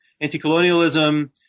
anti-colonialism